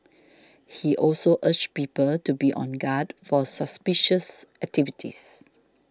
he also urged people to be on guard for suspicious activities